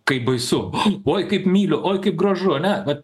kaip baisu oi kaip myliu oi kaip gražu ane va